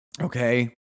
Okay